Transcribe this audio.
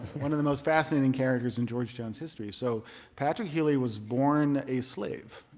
one of the most fascinating characters in georgetown's history. so patrick healey was born a slave.